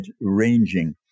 ranging